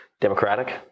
democratic